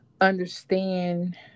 understand